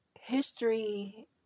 History